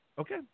okay